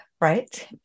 Right